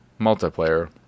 multiplayer